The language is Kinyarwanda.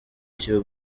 tube